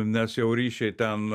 nes jau ryšiai ten